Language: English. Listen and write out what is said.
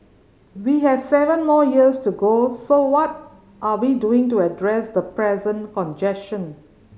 we have seven more years to go so what are we doing to address the present congestion